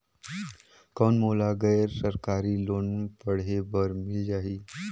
कौन मोला गैर सरकारी लोन पढ़े बर मिल जाहि?